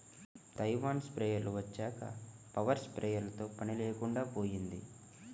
Taiwan స్ప్రేయర్లు వచ్చాక power స్ప్రేయర్లతో పని లేకుండా పోయింది